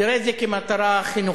תראה את זה כמטרה חינוכית,